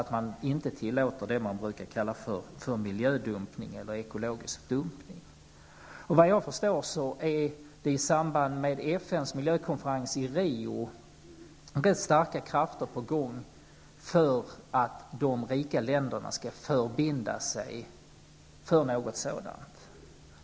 Man skall inte tillåta det man brukar kalla för miljödumpning eller ekologisk dumpning. Enligt vad jag förstår finns det i samband med FNs miljökonferens i Rio starka krafter för att de rika länderna skall binda sig för något sådant.